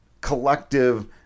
collective